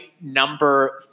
number